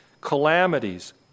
calamities